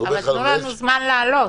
אבל תנו לנו זמן לעלות.